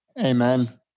Amen